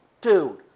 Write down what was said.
Dude